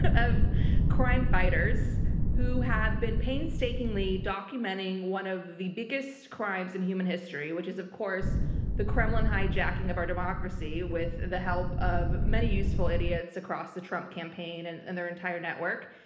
of crime fighters who have been painstakingly documenting one of the biggest crimes in human history, which is of course the kremlin hijacking of our democracy with the help of many useful idiots across the trump campaign and and their entire network.